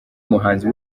umuhanzi